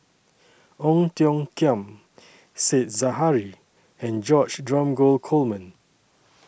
Ong Tiong Khiam Said Zahari and George Dromgold Coleman